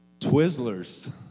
Twizzlers